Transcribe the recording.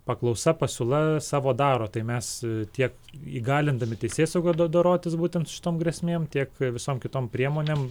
paklausa pasiūla savo daro tai mes tiek įgalindami teisėsaugą do dorotis būtent su šitom grėsmėm tiek visom kitom priemonėm